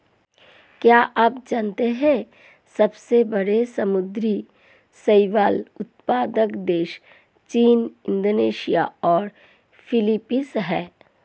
क्या आप जानते है सबसे बड़े समुद्री शैवाल उत्पादक देश चीन, इंडोनेशिया और फिलीपींस हैं?